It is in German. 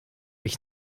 ich